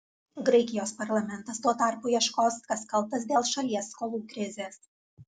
graikijos parlamentas tuo tarpu ieškos kas kaltas dėl šalies skolų krizės